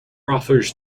offers